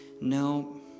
No